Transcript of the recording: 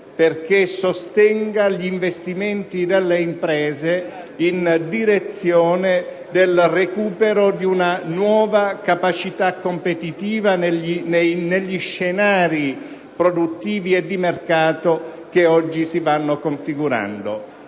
perché sostengano gli investimenti delle imprese in direzione del recupero di una nuova capacità competitiva negli scenari produttivi e di mercato che oggi si vanno configurando.